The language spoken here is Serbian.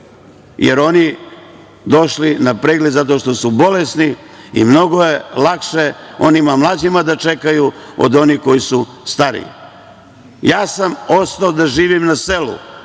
jer oni su došli na pregled zato što su bolesni i mnogo je lakše onima mlađima da čekaju od onih koji su stari. Ja sam ostao da živim na selu